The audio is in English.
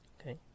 okay